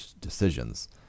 decisions